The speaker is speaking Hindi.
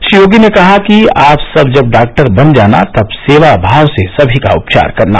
श्री योगी ने कहा कि आप सब जब डाक्टर बन जाना तब सेवा भाव से सभी का उपचार करना